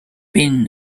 been